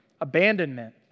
abandonment